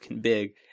big